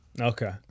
Okay